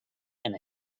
and